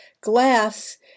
glass